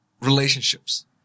relationships